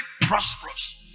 prosperous